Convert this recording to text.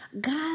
God